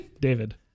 David